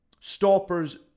stoppers